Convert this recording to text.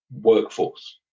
workforce